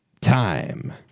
time